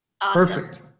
Perfect